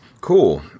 Cool